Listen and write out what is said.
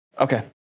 Okay